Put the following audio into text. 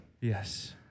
Yes